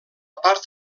part